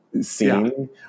scene